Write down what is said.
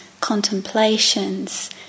contemplations